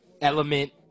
Element